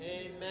Amen